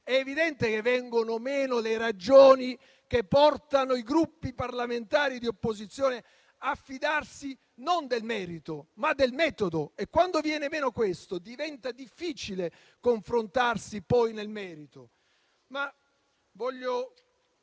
è evidente che vengono meno le ragioni che portano i Gruppi parlamentari di opposizione a fidarsi non del merito, ma del metodo. E quando viene meno questo, diventa difficile confrontarsi poi nel merito.